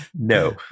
no